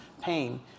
pain